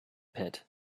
pit